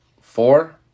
four